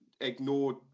ignored